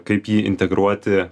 kaip jį integruoti